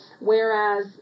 Whereas